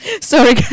Sorry